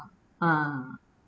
ah